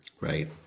Right